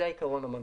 זה העיקרון המנחה.